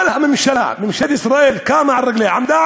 כל הממשלה, ממשלת ישראל, קמה על רגליה,